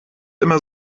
immer